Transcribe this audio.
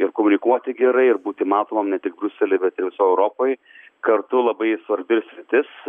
ir komunikuoti gerai ir būti matomam ne tik briusely bet ir visoj europoj kartu labai svarbi sritis